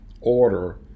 order